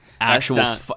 actual